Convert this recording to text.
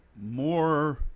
more